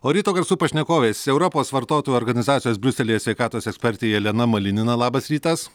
o ryto garsų pašnekovės europos vartotojų organizacijos briuselyje sveikatos ekspertė jelena malinina labas rytas